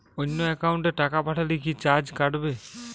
অন্য একাউন্টে টাকা পাঠালে কি চার্জ কাটবে?